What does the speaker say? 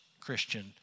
Christian